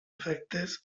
efectes